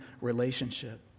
relationship